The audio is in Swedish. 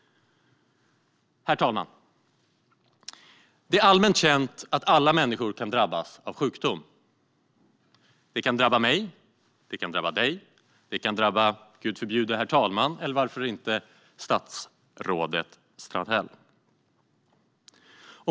Herr talman! Det är allmänt känt att alla människor kan drabbas av sjukdom. Det kan drabba mig, det kan drabba dig, det kan drabba, Gud förbjude, herr talmannen eller varför inte statsrådet Strandhäll.